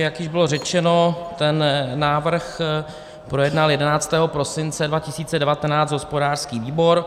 Jak již bylo řečeno, návrh projednal 11. prosince 2019 hospodářský výbor.